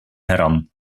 heran